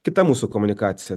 kita mūsų komunikacija